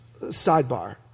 sidebar